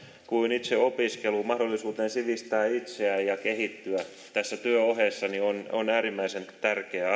kuin itseopiskeluun mahdollisuuteen sivistää itseämme ja kehittyä tässä työn ohessa on äärimmäisen tärkeä